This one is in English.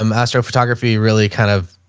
um astro photography really kind of,